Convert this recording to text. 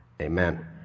amen